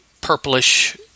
purplish